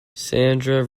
sandra